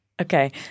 Okay